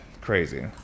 crazy